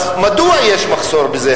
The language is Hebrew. מדוע יש מחסור בזה?